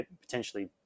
potentially